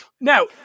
Now